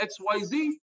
XYZ